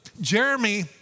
Jeremy